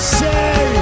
say